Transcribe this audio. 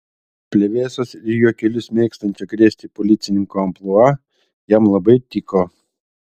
plevėsos ir juokelius mėgstančio krėsti policininko amplua jam labai tiko